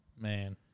Man